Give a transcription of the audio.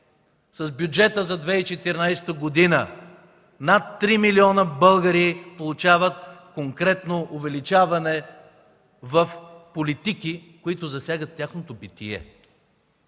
с бюджета за 2014 г. над три милиона българи получават конкретно увеличаване в политики, които засягат тяхното битие.